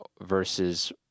versus